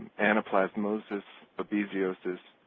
anaplasmosis, ah babesiosis,